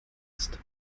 ist